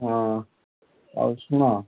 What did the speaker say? ହଁ ଆଉ ଶୁଣ